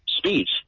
speech